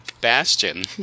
bastion